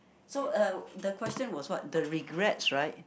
so uh the question was what the regrets right